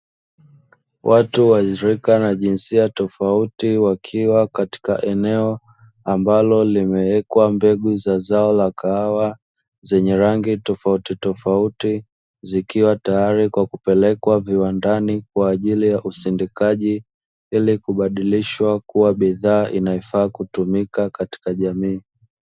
Watu wa rika na jinsia tofauti wakiwa katika eneo ambalo limewekwa mbegu za zao la kahawa, zenye rangi tofauti tofauti zikiwa tayari kwa kupelekwa viwandani kwa ajili ya usindikaji, ili kubadilishwa kuwa bidhaa inayofaa kutumika katika jamii.